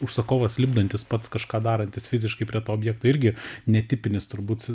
užsakovas lipdantis pats kažką darantis fiziškai prie to objekto irgi netipinis turbūt